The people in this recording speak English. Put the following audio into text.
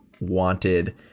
wanted